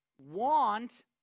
want